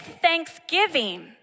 thanksgiving